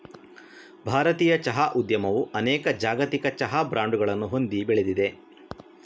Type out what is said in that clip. ಭಾರತೀಯ ಚಹಾ ಉದ್ಯಮವು ಅನೇಕ ಜಾಗತಿಕ ಚಹಾ ಬ್ರಾಂಡುಗಳನ್ನು ಹೊಂದಿ ಬೆಳೆದಿದೆ